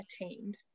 attained